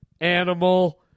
Animal